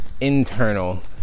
internal